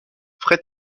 fred